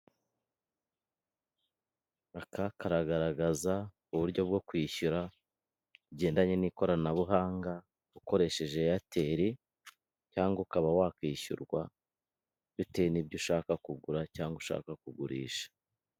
Aka kagaragaza uburyo bwo kwishyura bugendanye n'ikoranabuhanga ukoresheje Airtel cyangwa ukaba wakishyurwa bitewe n'ibyo ushaka kugura cyangwa ushaka kugurisha.